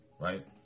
right